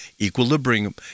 equilibrium